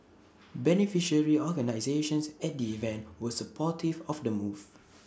beneficiary organisations at the event were supportive of the move